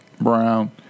brown